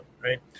right